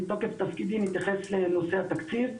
מתוקף תפקידי אני מתייחס לנושא התקציב,